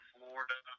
Florida